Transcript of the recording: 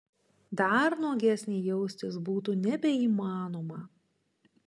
dar nuogesnei jaustis būtų nebeįmanoma